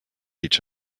each